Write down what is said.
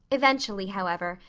eventually, however,